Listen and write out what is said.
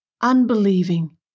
unbelieving